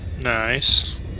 Nice